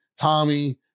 tommy